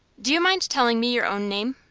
do you mind telling me your own name?